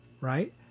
right